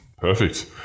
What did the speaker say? Perfect